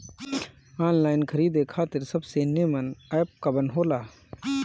Online खरीदे खातिर सबसे नीमन एप कवन हो ला?